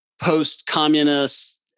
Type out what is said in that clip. post-communist